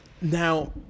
Now